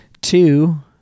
Two